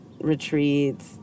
retreats